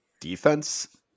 defense